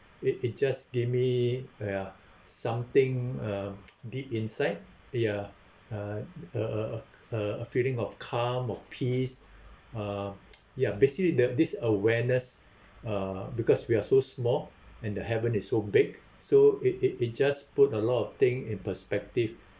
it it just give me ya something uh deep inside ya uh a a a a a feeling of calm of peace uh ya basically the this awareness uh because we are so small and the heaven is so big so it it it just put a lot of thing in perspective